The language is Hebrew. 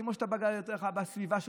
כמו שאתה בגדת בסביבה שלך,